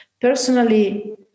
Personally